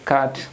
Cut